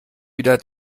wieder